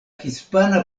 hispana